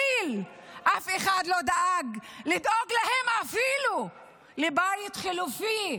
כליל, אף אחד לא דאג לדאוג להם אפילו לבית חלופי,